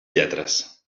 lletres